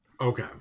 Okay